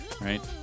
right